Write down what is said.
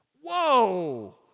Whoa